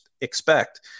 expect